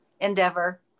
endeavor